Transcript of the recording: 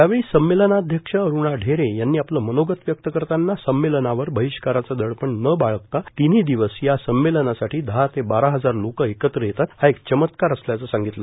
यावेळी संमेलनाध्यक्ष अरूणा ढेरे यांनी आपलं मनोगत व्यक्त करताना संमेलनावर बहिष्काराचं दडपण न बाळगता तिन्ही दिवस या संमेलनासाठी दहा ते बारा हजार लोकं एकत्र येतात हा एक चमत्कार असल्याचं सांगितलं